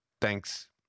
Thanks